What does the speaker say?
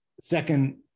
second